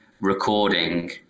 recording